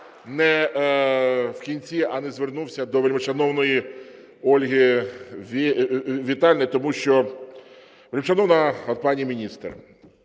я в кінці не звернувся до вельмишановної Ольги Віталіївни, тому що… Вельмишановна пані міністр,